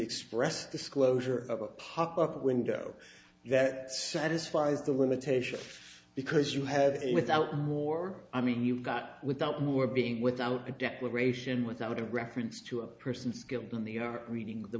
express disclosure of a pop up window that satisfies the limitation because you have it without more i mean you've got without more being without a declaration without a reference to a person skilled in the you are reading the